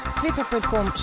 twitter.com